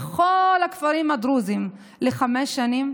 לכל הכפרים הדרוזיים לחמש שנים?